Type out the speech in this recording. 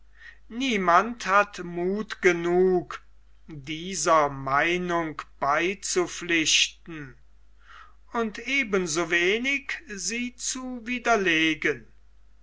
niemand hat muth genug dieser meinung beizupflichten und eben so wenig sie zu widerlegen